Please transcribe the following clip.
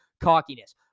cockiness